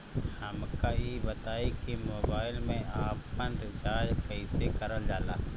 हमका ई बताई कि मोबाईल में आपन रिचार्ज कईसे करल जाला?